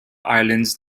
islands